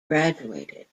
graduated